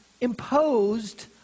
imposed